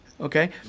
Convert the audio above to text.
okay